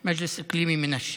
מנשה, (אומר בערבית: למועצה האזורית מנשה,)